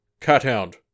Cathound